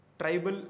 tribal